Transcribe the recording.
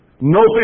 No